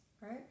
Right